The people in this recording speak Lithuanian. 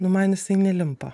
nu man jisai nelimpa